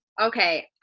Okay